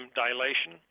dilation